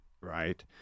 right